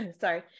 sorry